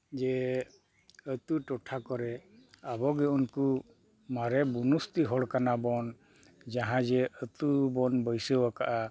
ᱡᱮ ᱟᱹᱛᱩ ᱴᱚᱴᱷᱟ ᱠᱚᱨᱮ ᱟᱵᱚᱜᱮ ᱩᱱᱠᱩ ᱢᱟᱨᱮ ᱵᱩᱱᱩᱥᱛᱤ ᱦᱚᱲ ᱠᱟᱱᱟ ᱵᱚᱱ ᱡᱟᱦᱟᱸ ᱡᱮ ᱟᱹᱛᱩ ᱵᱚᱱ ᱵᱟᱹᱭᱥᱟᱹᱣ ᱟᱠᱟᱫᱼᱟ